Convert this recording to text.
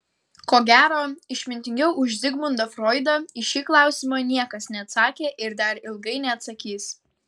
ko gero išmintingiau už zigmundą froidą į šį klausimą niekas neatsakė ir dar ilgai neatsakys